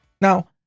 Now